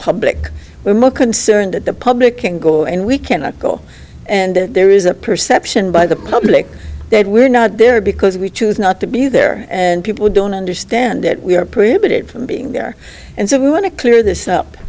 public we're more concerned that the public can go and we cannot go and there is a perception by the public that we're not there because we choose not to be there and people don't understand that we are prohibited from being there and so we want to clear this up